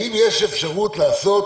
האם יש אפשרות לעשות